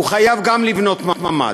חייב גם הוא לבנות ממ"ד.